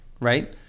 Right